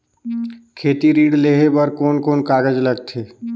खेती ऋण लेहे बार कोन कोन कागज लगथे?